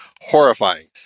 horrifying